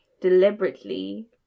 deliberately